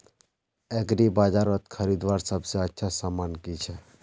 एग्रीबाजारोत खरीदवार सबसे अच्छा सामान की छे?